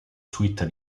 suite